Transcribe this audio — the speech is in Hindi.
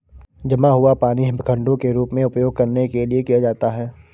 जमा हुआ पानी हिमखंडों के रूप में उपयोग करने के लिए किया जाता है